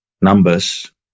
numbers